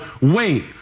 wait